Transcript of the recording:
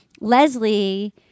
Leslie